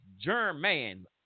German